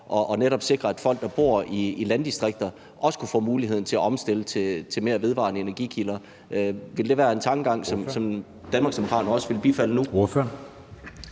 til netop at sikre, at folk, der bor i landdistrikter, også kunne få muligheden for at omstille til mere vedvarende energikilder. Vil det være en tankegang, som Danmarksdemokraterne også vil bifalde nu?